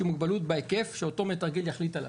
עם מוגבלות בהיקף שאותו מתרגל יחליט עליו.